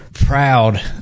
proud